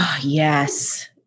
Yes